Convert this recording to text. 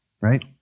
right